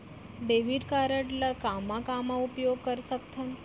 Debit card ला कामा कामा उपयोग कर सकथन?